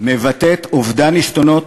מבטאת אובדן עשתונות,